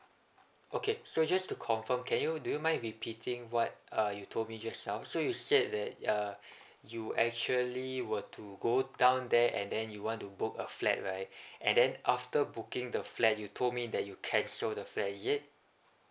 okay so just to confirm can you do you mind repeating what uh you told me just now so you said that uh you actually were to go down there and then you want to book a flat right and then after booking the flat you told me that you cancel the flat is it